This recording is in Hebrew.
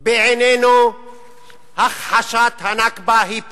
בעינינו הכחשת ה"נכבה" היא פשע,